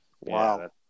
Wow